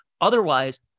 Otherwise